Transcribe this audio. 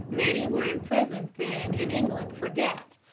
many were imprisoned then in england for debt,